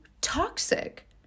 toxic